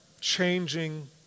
changing